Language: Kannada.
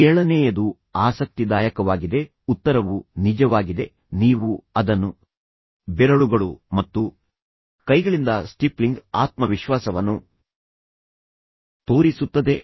ಏಳನೇಯದು ಆಸಕ್ತಿದಾಯಕವಾಗಿದೆ ಉತ್ತರವು ನಿಜವಾಗಿದೆ ನೀವು ಅದನ್ನು ಬೆರಳುಗಳು ಮತ್ತು ಕೈಗಳಿಂದ ಸ್ಟಿಪ್ಲಿಂಗ್ ಆತ್ಮವಿಶ್ವಾಸವನ್ನು ತೋರಿಸುತ್ತದೆ